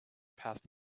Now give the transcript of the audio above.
passed